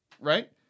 right